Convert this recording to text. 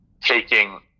taking